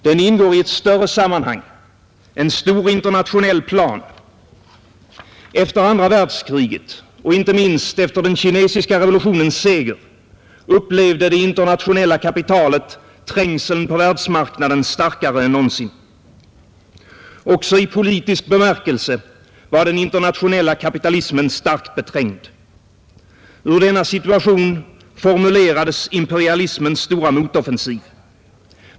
Den ingår i ett större sammanhang, en stor internationell plan. Efter andra världskriget och inte minst efter den kinesiska revolutionens seger upplevde det internationella kapitalet trängseln på världsmarknaden starkare än någonsin. Också i politisk bemärkelse var den internationella kapitalismen starkt beträngd. Ur denna situation formulerades imperialismens stora motoffensiv.